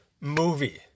movie